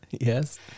Yes